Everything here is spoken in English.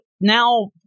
now